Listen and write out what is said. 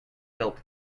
built